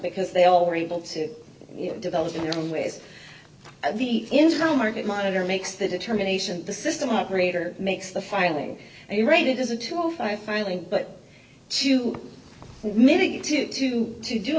because they all were able to develop their own ways the internal market monitor makes the determination the system operator makes the filing and you're right it is a two off i finally but to mitigate it to to do